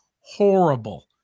horrible